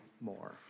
more